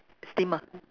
steamer